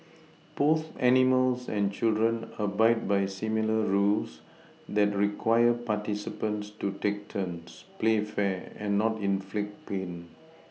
both animals and children abide by similar rules that require participants to take turns play fair and not inflict pain